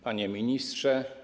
Panie Ministrze!